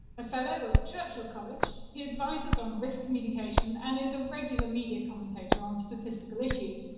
a fellow of churchill college, he advises on risk communication and is a regular media commentator on statistical issues,